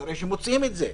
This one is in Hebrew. כנראה שמוציאים את זה.